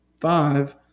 five